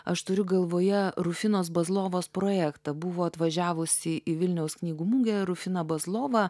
aš turiu galvoje rufinos bazlovos projektą buvo atvažiavusi į vilniaus knygų mugę rufina bazlova